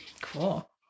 Cool